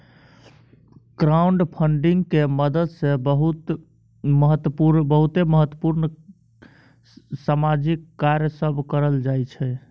crowdfunding के मदद से बहुते महत्वपूर्ण सामाजिक कार्य सब करल जाइ छइ